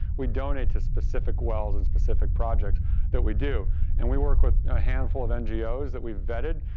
we donate to specific wells and specific projects that we do and we work with a handful of ngos that we've vetted.